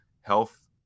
health